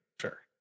sure